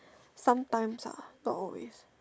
sometimes ah not always